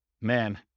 man